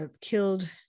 killed